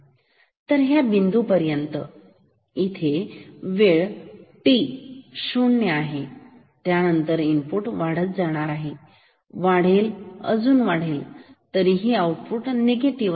तर ह्या बिंदूपर्यंत इथे वेळ टी शून्य इतका आहे त्यानंतर इनपुट वाढत जाईल आणि वाढत जाईल परंतु तरीही आउटपुट निगेटिव्ह असेल